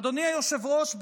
אדוני היושב-ראש,